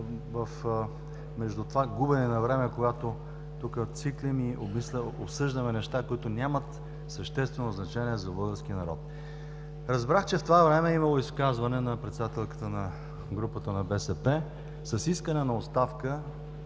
си между това губене на време, когато тук циклим и обсъждаме неща, които нямат съществено значение за българския народ. Разбрах, че в това време е имало изказване на председателката на групата на БСП с искане на оставка